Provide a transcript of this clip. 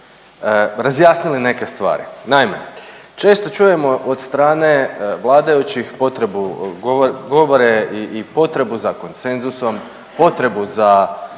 razjasnili neke stvari. Naime, često čujemo od strane vladajućih potrebu govore i potrebu za konsenzusom, potrebu za